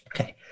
Okay